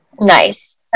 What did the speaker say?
Nice